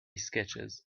sketches